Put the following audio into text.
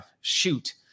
shoot